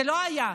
זה לא היה.